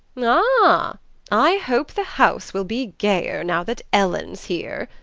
ah i hope the house will be gayer, now that ellen's here!